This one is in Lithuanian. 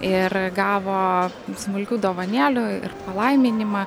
ir gavo smulkių dovanėlių ir palaiminimą